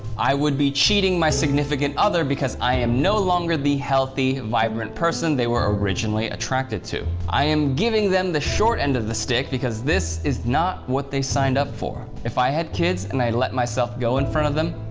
i would be cheating my significant other because i am no longer the healthy vibrant person they were originally attracted to. i am giving them the short end of the stick because this is not what they signed up for. if i had kids and i let myself go in front of them,